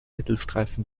mittelstreifen